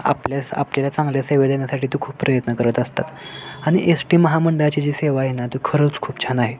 आपल्यास आपल्याला चांगल्या सेवा देण्यासाठी ते खूप प्रयत्न करत असतात आणि एस टी महामंडळाची जी सेवा आहे ना ती खरंच खूप छान आहे